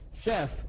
chef